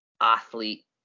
athlete